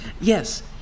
Yes